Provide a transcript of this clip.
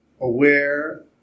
aware